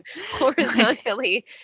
horizontally